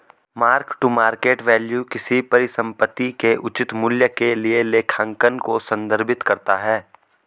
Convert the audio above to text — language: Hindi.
मार्क टू मार्केट वैल्यू किसी परिसंपत्ति के उचित मूल्य के लिए लेखांकन को संदर्भित करता है